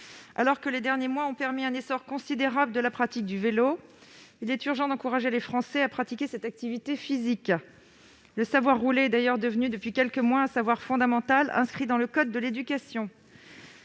Alors que les derniers mois ont permis un essor considérable de la pratique du vélo, il est urgent d'encourager les Français à pratiquer cette activité physique. Le savoir-rouler est d'ailleurs devenu depuis quelques mois un savoir fondamental inscrit dans le code de l'éducation.